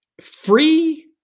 Free